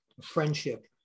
friendship